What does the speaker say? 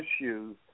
issues